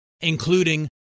including